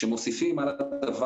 האם אתם חושבים,